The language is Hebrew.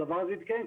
הדבר הזה יתקיים,